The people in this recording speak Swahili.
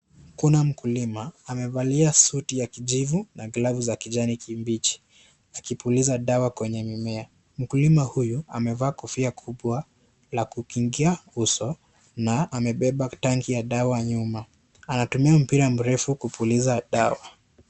Kuna mkulima. Amevalia suti ya kijivu na glovu za kijani kibichi akipuliza dawa kwenye mimea. Mkulima huyu amevaa kofia kubwa la kukingia uso na amebeba tangi ya dawa nyuma. Anatumia mpira mrefu kupuliza dawa.